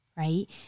right